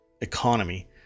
economy